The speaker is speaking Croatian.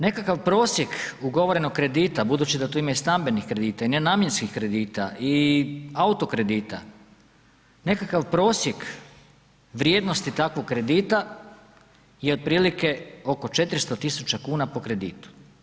Nekakav prosjek ugovorenog kredita, budući da tu ima i stambenih kredita i nenamjenskih kredita i auto kredita nekakav prosjek vrijednosti takvog kredita je otprilike oko 400.000 kuna po kreditu.